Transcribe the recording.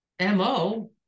mo